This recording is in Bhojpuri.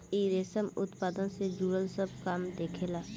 इ रेशम उत्पादन से जुड़ल सब काम देखेला